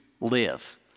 live